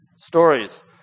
stories